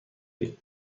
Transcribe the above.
اید